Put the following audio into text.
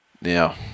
Now